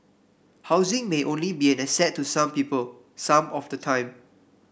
housing may only be an asset to some people some of the time